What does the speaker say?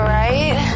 right